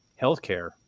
healthcare